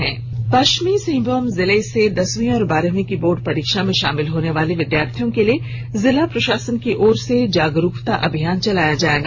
special story Chaibasa पश्चिमी सिंहभूम जिले से दसवीं और बारहवीं की बोर्ड परीक्षा में शामिल होने वाले विद्यार्थियों के लिए जिला प्रशासन की ओर से जागरूकता अभियान चलाया जाएगा